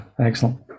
excellent